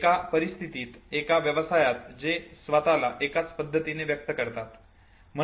एका परिस्थितीत एका व्यवसायात ते स्वतःला एकाच पद्धतीने व्यक्त करतात